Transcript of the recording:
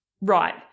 Right